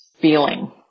feeling